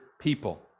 people